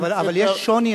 אבל יש שוני,